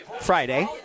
Friday